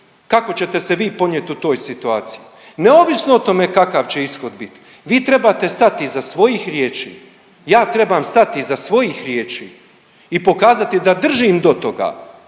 kako ćete se vi ponijeti u toj situaciji neovisno o tome kakav će ishod biti. Vi trebate stati iza svojih riječi. Ja trebam stati iza svojih riječi i pokazati da držim do toga